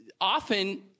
often